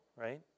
right